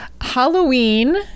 Halloween